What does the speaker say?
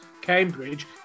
Cambridge